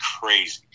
crazy